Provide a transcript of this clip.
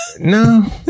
No